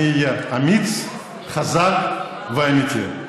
אני אהיה אמיץ, חזק ואמיתי.